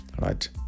right